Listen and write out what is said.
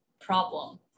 problem